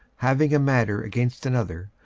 having a matter against another,